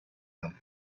them